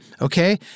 Okay